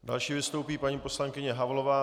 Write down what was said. Další vystoupí paní poslankyně Havlová.